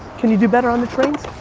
can you do better on the trains?